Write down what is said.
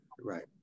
Right